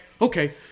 okay